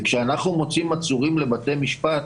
וכשאנחנו מוציאים עצורים לבתי משפט,